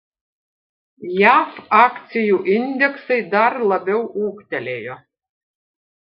jav akcijų indeksai dar labiau ūgtelėjo